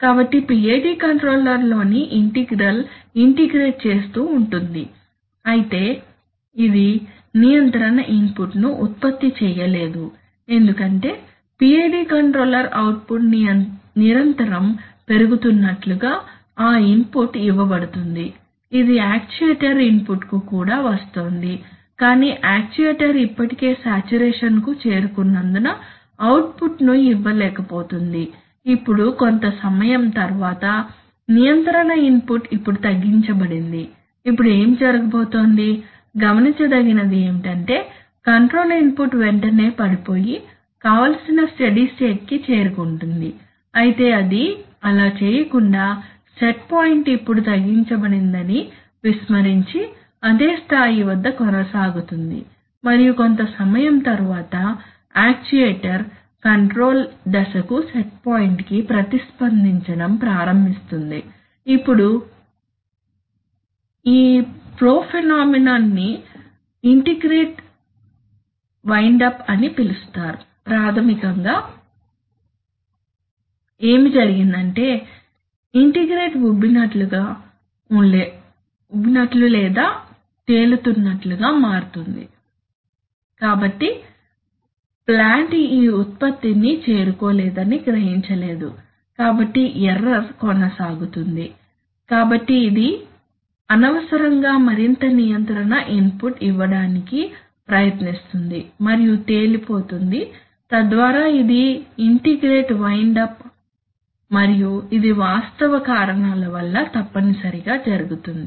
కాబట్టి PID కంట్రోలర్లోని integral integrate చేస్తూ ఉంటుంది అయితే ఇది నియంత్రణ ఇన్పుట్ను ఉత్పత్తి చేయలేదు ఎందుకంటే PID కంట్రోలర్ అవుట్పుట్ నిరంతరం పెరుగుతున్నట్లుగా ఆ ఇన్పుట్ ఇవ్వబడుతుంది ఇది యాక్చుయేటర్ ఇన్పుట్కు కూడా వస్తోంది కాని యాక్యుయేటర్ ఇప్పటికే సాచురేషన్ కు చేరుకున్నందున అవుట్ ఫుట్ ను ఇవ్వలేక పోతుంది ఇప్పుడు కొంత సమయం తరువాత నియంత్రణ ఇన్పుట్ ఇప్పుడు తగ్గించబడింది ఇప్పుడు ఏమి జరగబోతోంది గమనించదగినది ఏమిటంటే కంట్రోల్ ఇన్పుట్ వెంటనే పడిపోయి కావలసిన స్టడీ స్టేట్ కి చేరుకుంటుంది అయితే అది అలా చేయకుండా సెట్ పాయింట్ ఇప్పుడు తగ్గించబడిందని విస్మరించి అదే స్థాయి వద్ద కొనసాగుతుంది మరియు కొంత సమయం తరువాత యాక్యుయేటర్ కంట్రోల్ దశకు సెట్ పాయింట్ కి ప్రతిస్పందిచడం ప్రారంభిస్తుంది ఇప్పుడు ఈ ప్రొఫెనోమెనోన్ ని ఇంటిగ్రేటర్ వైన్డ్ అప్ అని పిలుస్తారు ప్రాథమికంగా ఏమి జరిగిందంటే ఇంటిగ్రేటర్ ఉబ్బినట్లు లేదా తేలుతున్నట్లు గా మారుతుంది కాబట్టి ప్లాంట్ ఈ ఉత్పత్తిని చేరుకోలేదని గ్రహించలేదు కాబట్టి ఎర్రర్ కొనసాగుతుంది కాబట్టి ఇది అనవసరంగా మరింత నియంత్రణ ఇన్పుట్ ఇవ్వడానికి ప్రయత్నిస్తుంది మరియు తేలి పోతుంది తద్వారా ఇది ఇంటిగ్రేటెడ్ వైన్డ్ అప్ మరియు ఇది వస్తావ కారణాల వల్ల తప్పనిసరిగా జరుగుతుంది